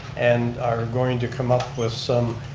and are going to come up with some,